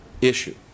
issue